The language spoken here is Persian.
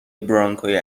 برانکوی